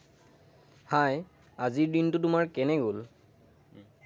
হাই আজিৰ দিনটো তোমাৰ কেনে গ'ল